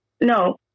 no